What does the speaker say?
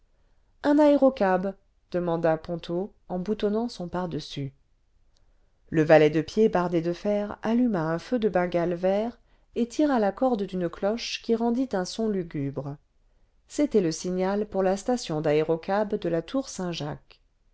un âérocab demanda ponto en boutonnant son pardessus le valet de pied bardé de fer alluma un feu de bengale vert et tira la corde d'une cloche qui rendit un son lugubre c'était le signal pour la station d'àérocabs de la tour saint-jacques